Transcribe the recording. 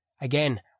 again